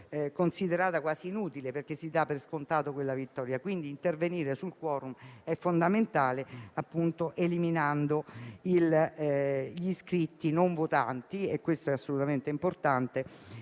considerata inutile, perché si dà per scontato la vittoria. Intervenire sul *quorum* è quindi fondamentale, eliminando gli iscritti non votanti: questo è assolutamente importante.